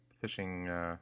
fishing